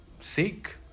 seek